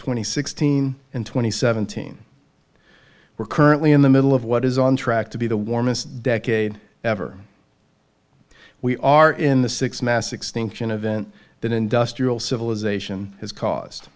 twenty sixteen and twenty seventeen we're currently in the middle of what is on track to be the warmest decade ever we are in the six mass extinction event that industrial civilization has caused